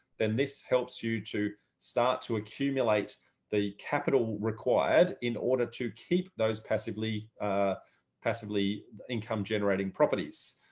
then this helps you to start to accumulate the capital required in order to keep those passively passively income generating properties,